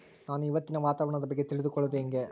ನಾನು ಇವತ್ತಿನ ವಾತಾವರಣದ ಬಗ್ಗೆ ತಿಳಿದುಕೊಳ್ಳೋದು ಹೆಂಗೆ?